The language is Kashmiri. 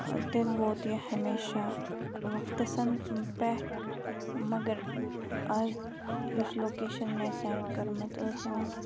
تیٚلہِ ووت یہِ ہمیشہ وقتَسَن پٮ۪ٹھ مگر آز یُس لوکیشَن مےٚ سٮ۪نٛڈ کٔرمٕژ ٲس تٔمِس